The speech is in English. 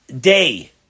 day